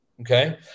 okay